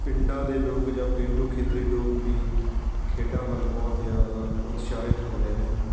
ਪਿੰਡਾਂ ਦੇ ਲੋਕ ਜਾਂ ਪੇਂਡੂ ਖੇਤਰੀ ਲੋਕ ਵੀ ਖੇਡਾਂ ਵੱਲ ਬਹੁਤ ਜ਼ਿਆਦਾ ਉਤਸ਼ਾਹਿਤ ਹੋ ਰਹੇ ਨੇ